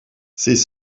ses